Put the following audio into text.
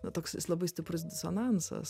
na toks jis labai stiprus disonansas